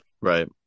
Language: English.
Right